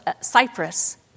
Cyprus